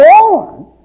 born